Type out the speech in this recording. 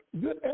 good